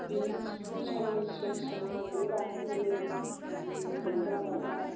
बेनि बैसागुनि सिगां सिगां हाजोबो गाखोहैयो जि रंजा बाजा